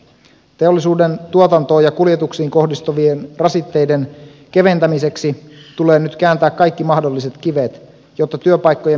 teollisuuden tuotantoon ja kuljetuksiin kohdistuvien rasitteiden keventämiseksi tulee nyt kääntää kaikki mahdolliset kivet jotta työpaikkojen menetyksiltä vältytään